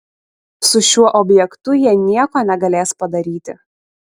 su šiuo objektu jie nieko negalės padaryti